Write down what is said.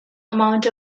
amount